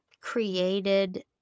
created